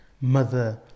mother